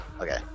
Okay